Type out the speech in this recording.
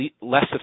less